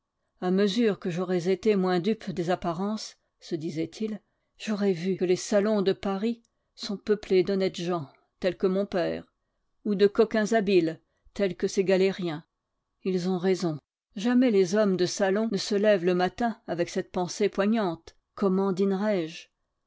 a mesure que j'aurais été moins dupe des apparences se disait-il j'aurais vu que les salons de paris sont peuplés d'honnêtes gens tels que mon père ou de coquins habiles tels que ces galériens ils ont raison jamais les hommes de salon ne se lèvent le matin avec cette pensée poignante comment